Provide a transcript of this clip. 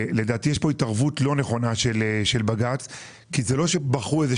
לדעתי יש כאן התערבות לא נכונה של בג"ץ כי זה לא שבחרו איזה